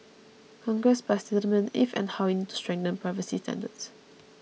Congress must determine if and how we need to strengthen privacy standards